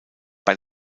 bei